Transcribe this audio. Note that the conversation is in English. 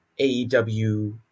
AEW